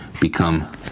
become